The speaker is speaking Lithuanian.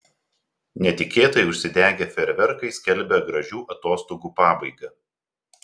netikėtai užsidegę fejerverkai skelbia gražių atostogų pabaigą